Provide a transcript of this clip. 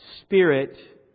spirit